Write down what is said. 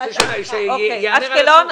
רוצה שהיא תגיד את זה.